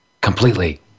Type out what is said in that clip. completely